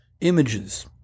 Images